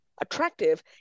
attractive